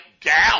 down